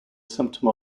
symptom